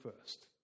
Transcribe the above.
first